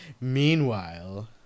meanwhile